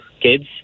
kids